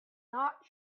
not